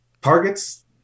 targets